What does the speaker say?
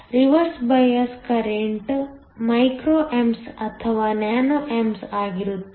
reverse bias current micro amps ಅಥವಾ nano amps ಆಗಿರುತ್ತದೆ